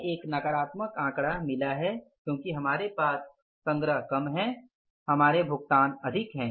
हमें एक नकारात्मक आंकड़ा मिला है क्योंकि हमारे संग्रह कम है हमारे भुगतान अधिक हैं